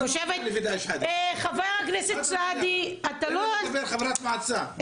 היא חברת מועצה.